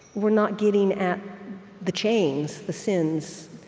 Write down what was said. we're not getting at the chains, the sins,